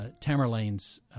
Tamerlane's